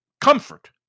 comfort